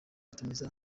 atumiza